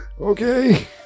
okay